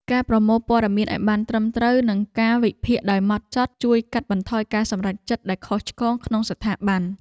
ការប្រមូលព័ត៌មានឱ្យបានត្រឹមត្រូវ និងការវិភាគដោយហ្មត់ចត់ជួយកាត់បន្ថយការសម្រេចចិត្តដែលខុសឆ្គងក្នុងស្ថាប័ន។